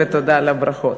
ותודה על הברכות.